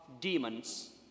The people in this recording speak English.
demons